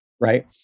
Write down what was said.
Right